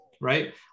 right